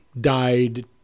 died